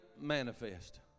manifest